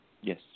Yes